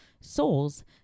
souls